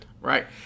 right